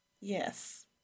Yes